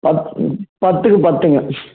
பத் பத்துக்கு பத்துங்க